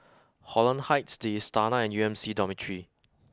Holland Heights The Istana and U M C Dormitory